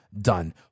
done